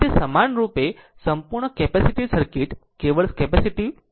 એ જ રીતે સમાનરૂપે સંપૂર્ણ કેપેસિટીવ સર્કિટ કેવળ કેપેસિટીવ